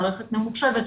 מערכת ממוחשבת,